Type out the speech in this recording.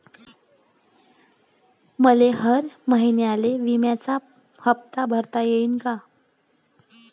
मले हर महिन्याले बिम्याचा हप्ता भरता येईन का?